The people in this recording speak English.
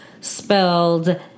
spelled